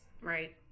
Right